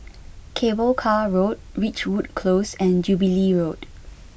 Cable Car Road Ridgewood Close and Jubilee Road